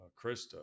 krista